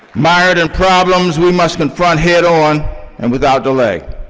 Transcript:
mired in problems, we must confront head-on and without delay.